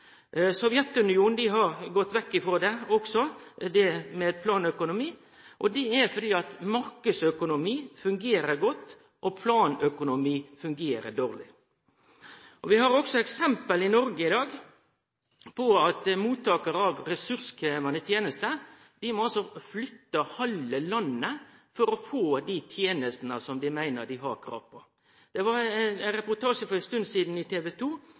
planøkonomi. Det er fordi marknadsøkonomi fungerer godt og planøkonomi fungerer dårleg. Vi har eksempel i Noreg i dag på at mottakarar av ressurskrevjande tenester må flytte halve landet rundt for å få dei tenestene som dei meiner dei har krav på. Det var ein reportasje for ei stund sidan i